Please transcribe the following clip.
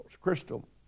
crystal